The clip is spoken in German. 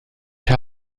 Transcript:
herr